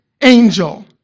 angel